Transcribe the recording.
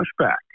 pushback